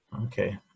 Okay